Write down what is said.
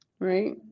Right